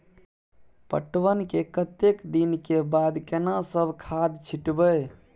पटवन के कतेक दिन के बाद केना सब खाद छिटबै?